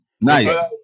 Nice